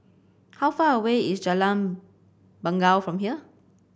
how far away is Jalan Bangau from here